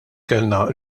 kellna